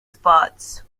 spots